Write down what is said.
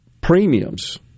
premiums